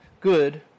good